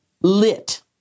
lit